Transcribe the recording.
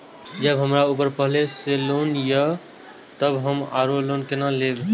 जब हमरा ऊपर पहले से लोन ये तब हम आरो लोन केना लैब?